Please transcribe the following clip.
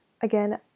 again